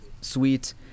sweet